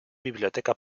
biblioteca